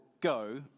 go